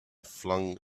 flung